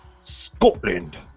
Scotland